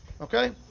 Okay